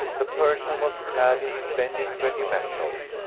the person was clad in splendid regimentals,